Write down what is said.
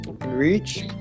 reach